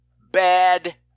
bad